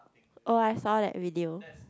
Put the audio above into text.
oh I saw that video